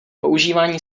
používání